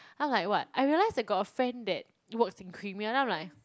I'm like what I realised I got a friend that it works in Creamier then I'm like